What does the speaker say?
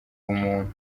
bumuntu